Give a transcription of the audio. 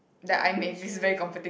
that I make this is very comforting